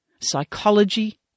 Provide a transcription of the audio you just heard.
Psychology